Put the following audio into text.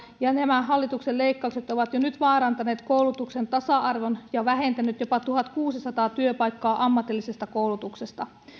ja nämä hallituksen leikkaukset ovat jo nyt vaarantaneet koulutuksen tasa arvon ja vähentäneet jopa tuhatkuusisataa työpaikkaa ammatillisesta koulutuksesta